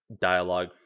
dialogue